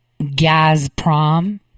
Gazprom